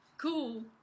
Cool